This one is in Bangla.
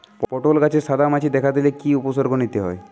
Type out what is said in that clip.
পটল গাছে সাদা মাছি দেখা দিলে কি কি উপসর্গ নিতে হয়?